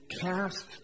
cast